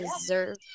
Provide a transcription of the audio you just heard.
deserve